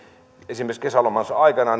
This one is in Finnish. esimerkiksi kesälomansa aikana